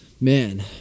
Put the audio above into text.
man